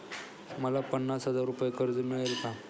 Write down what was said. मला पन्नास हजार रुपये कर्ज मिळेल का?